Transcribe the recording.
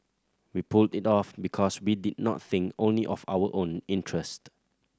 we pulled it off because we did not think only of our own interest